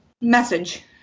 message